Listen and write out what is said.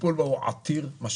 הטיפול בה הוא עתיר משאבים.